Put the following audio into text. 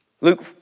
Luke